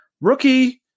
rookie